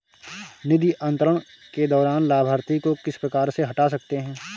निधि अंतरण के दौरान लाभार्थी को किस प्रकार से हटा सकते हैं?